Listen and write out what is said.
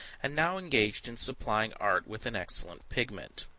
and now engaged in supplying art with an excellent pigment.